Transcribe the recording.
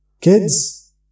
kids